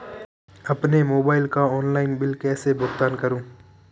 अपने मोबाइल का online bill कैसे भुगतान करूं?